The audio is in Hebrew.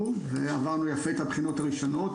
עברנו יפה את הבחינות הראשונות.